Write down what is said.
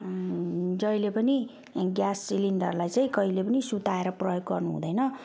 जहिले पनि ग्यास सिलिन्डरलाई चाहिँ कहिले पनि सुताएर प्रयोग गर्नु हुँदैन